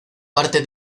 parte